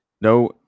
No